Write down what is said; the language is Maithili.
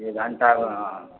एक घण्टामे